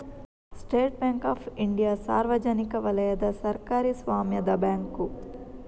state Bank of India ಸಾರ್ವಜನಿಕ ವಲಯದ ಸರ್ಕಾರಿ ಸ್ವಾಮ್ಯದ ಬ್ಯಾಂಕು